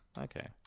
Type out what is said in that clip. okay